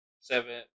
seven